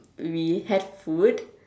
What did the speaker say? we had food